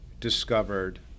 discovered